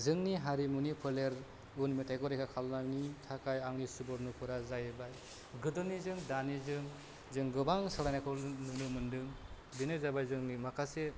जोंनि हारिमुनि फोलेर गुन मेथाइखौ रैखा खालामनायनि थाखाय आंनि सुबुरुनफोरा जाहैबाय गोदोनिजों दानिजों जों गोबां सोलायनायखौ नुनो मोनदों बेनो जाबाय जोंनि माखासे